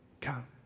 Come